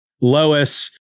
lois